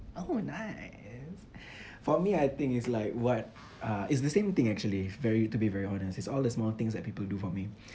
oh nice for me I think it's like what uh it's the same thing actually very to be very honest it's all the small things that people do for me